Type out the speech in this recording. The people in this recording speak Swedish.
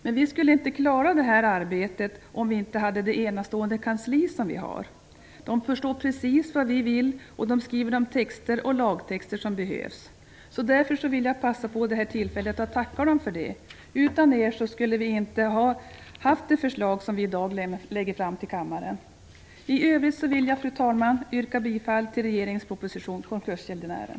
Men vi skulle inte klara detta arbete om vi inte hade det enastående kansli som vi har. Kanslipersonalen förstår precis vad vi vill och skriver de texter och lagtexter som behövs. Jag vill passa på tillfället att tacka personalen för detta. Utan er skulle vi inte ha haft det förslag som vi i dag lägger fram i kammaren. I övrigt vill jag, fru talman, yrka bifall till regeringens proposition om konkursgäldenären.